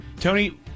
Tony